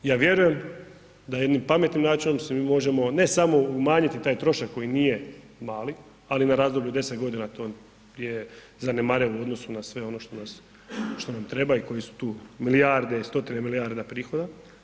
Ja vjerujem da jednim pametnim načinom mi možemo ne samo umanjiti taj trošak koji nije mali, ali na razdoblje od 10 godina to je zanemarivo u odnosu na sve ono što nam treba i koje su tu milijarde i stotine milijardi prihoda.